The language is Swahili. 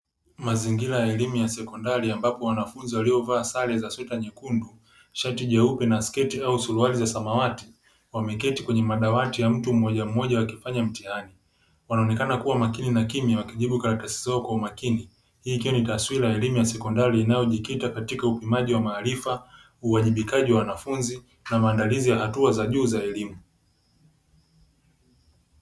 Mazingira ya elimu ya sekondari ambapo wanafunzi waliovaa sare za sweta nyekundu, shati jeupe na sketi au suruali za samawati wameketi kwenye madawati ya mtu mmoja mmoja wakifanya mtihani wanaonekana kuwa makini na kimya wakijibu karatasi zao kwa umakini, hii ikiwa ni taswira ya elimu ya sekondari inayojikita katika upimaji wa maarifa uwajibikaji wa wanafunzi na maandalizi ya hatua za juu za elimu.